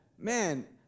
Man